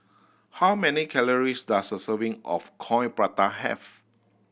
how many calories does a serving of Coin Prata have